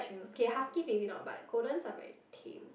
okay huskies maybe not but goldens are very tame